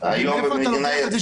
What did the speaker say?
מאיפה אתה לוקח את זה,